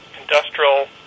industrial